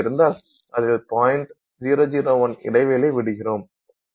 001 இடைவெளி விடுகிறோம்